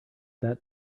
that